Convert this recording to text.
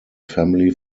family